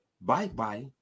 bye-bye